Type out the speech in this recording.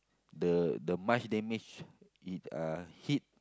the the much damage it uh hit